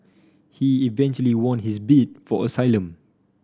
he eventually won his bid for asylum